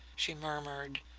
she murmured.